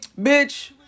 bitch